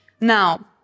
Now